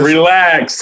Relax